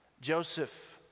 Joseph